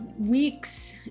weeks